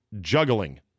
juggling